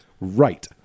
Right